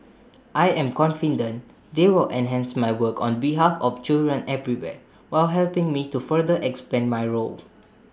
I am confident they will enhance my work on behalf of children everywhere while helping me to further expand my role